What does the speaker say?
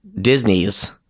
disney's